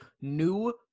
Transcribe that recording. new